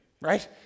right